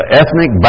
ethnic